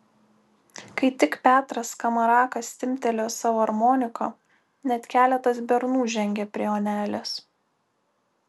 kai tik petras skamarakas timptelėjo savo armoniką net keletas bernų žengė prie onelės